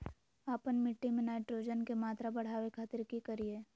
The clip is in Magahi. आपन मिट्टी में नाइट्रोजन के मात्रा बढ़ावे खातिर की करिय?